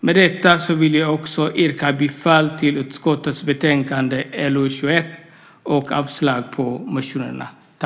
Med detta vill jag yrka bifall till förslaget i utskottets betänkande LU21 och avslag på motionerna.